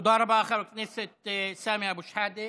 תודה רבה, חבר הכנסת סמי אבו שחאדה.